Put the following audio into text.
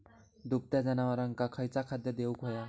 दुभत्या जनावरांका खयचा खाद्य देऊक व्हया?